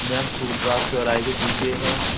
ma'am Phoolbagh चौराहे के पीछे है